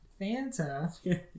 Fanta